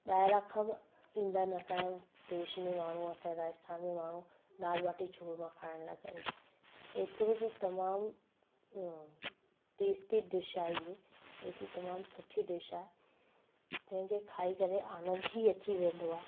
ॿाहिरा खां बि ईंदा आहिनि असांजे देश में माण्हू असांजे राजस्थान में माण्हू दालि भाटी चूरमा खाइण लाइ करे एतिरो त तमामु टेस्टी डिश आहे इहा एतरी तमामु सुठी डिश आहे जंहिंखे खाई करे आनंद ई अची वेंदो आहे